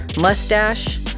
mustache